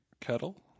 kettle